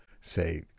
say